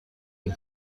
این